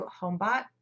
homebot